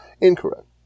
incorrect